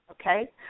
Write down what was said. Okay